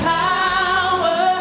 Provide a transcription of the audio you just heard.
power